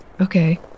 Okay